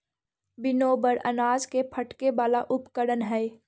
winnower अनाज के फटके वाला उपकरण हई